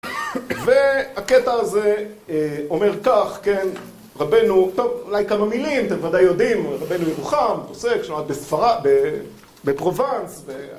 והקטע הזה אה אומר כך, כן, רבנו, טוב, אולי כמה מילים, אתם ודאי יודעים, רבנו מרוחם, פוסק שהיה בספרד בפרובנס,